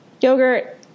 yogurt